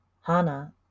Hana